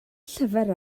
llyfr